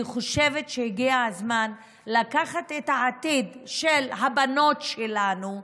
אני חושבת שהגיע הזמן לקחת את העתיד של הבנות שלנו,